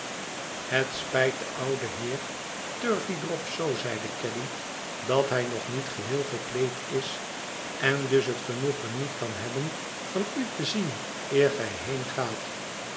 het spijt den ouden heer turveydrop zoo zeide caddy dat hij nog niet geheel gekleed is en dus het genoegen niet kan hebben van u te zien eer gij